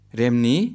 remni